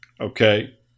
Okay